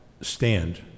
stand